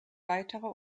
weitere